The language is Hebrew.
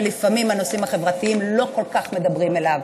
שלפעמים הנושאים החברתיים לא כל כך מדברים אליו.